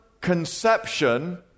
Conception